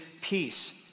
peace